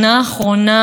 הגזעניים,